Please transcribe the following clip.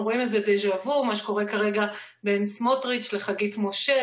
ברשות יושב-ראש הישיבה,